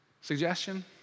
suggestion